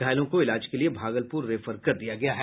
घायलों को इलाज के लिए भागलपुर रेफर किया गया है